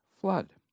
flood